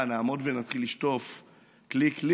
מה, נעמוד ונתחיל לשטוף כלי-כלי?